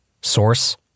Source